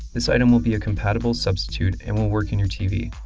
this item will be a compatible substitute and will work in your tv.